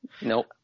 Nope